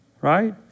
right